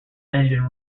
engine